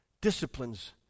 disciplines